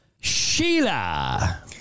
Sheila